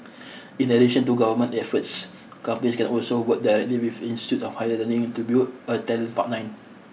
in addition to government efforts companies can also work directly with institute of higher learning to build a talent pipeline